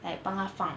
like 帮他放